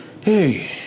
hey